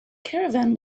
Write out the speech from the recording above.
caravan